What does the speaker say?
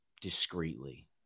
Discreetly